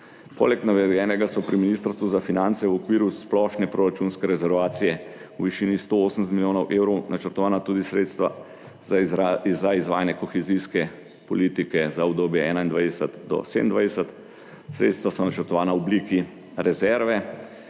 Poleg navedenega so pri Ministrstvu za finance v okviru splošne proračunske rezervacije v višini 180 milijonov evrov načrtovana tudi sredstva za izraz za izvajanje kohezijske politike za obdobje 2021 do 2027. Sredstva so načrtovana v obliki rezerve,